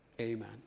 amen